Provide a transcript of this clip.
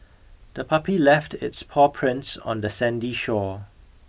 the puppy left its paw prints on the sandy shore